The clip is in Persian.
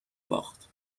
باخت